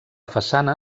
façana